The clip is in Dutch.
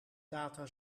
data